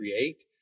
create